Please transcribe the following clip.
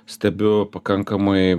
stebiu pakankamai